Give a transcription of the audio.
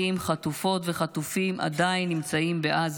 120 חטופות וחטופים עדיין נמצאים בעזה,